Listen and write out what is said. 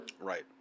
Right